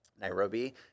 Nairobi